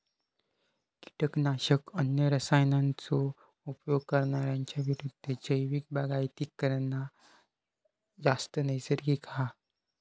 किटकनाशक, अन्य रसायनांचो उपयोग करणार्यांच्या विरुद्ध जैविक बागायती करना जास्त नैसर्गिक हा